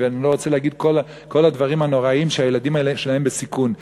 ואני לא רוצה להגיד את כל הדברים הנוראים שעליהם הילדים שלהם בסיכון.